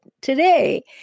today